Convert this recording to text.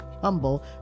humble